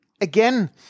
Again